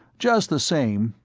just the same,